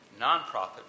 nonprofit